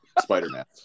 Spider-Man